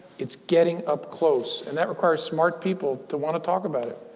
it's getting up close. and that requires smart people to want to talk about it.